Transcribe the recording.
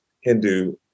Hindu